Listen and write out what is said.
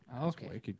Okay